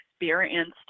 experienced